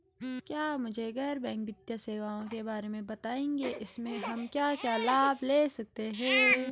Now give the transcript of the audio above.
क्या आप मुझे गैर बैंक वित्तीय सेवाओं के बारे में बताएँगे इसमें हम क्या क्या लाभ ले सकते हैं?